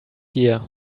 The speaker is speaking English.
year